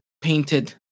painted